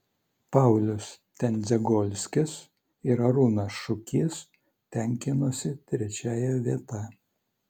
paulius tendzegolskis ir arūnas šukys tenkinosi trečiąja vieta